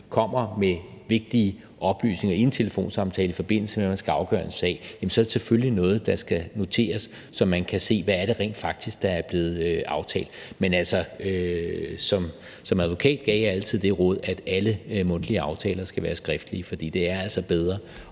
kommer med vigtige oplysninger i en telefonsamtale, i forbindelse med at man skal afgøre en sag, selvfølgelig noget, der skal noteres, så man kan se, hvad det rent faktisk er, der er blevet aftalt. Men som advokat har jeg altid givet det råd, at alle mundtlige aftaler skal være skriftlige, fordi det altså er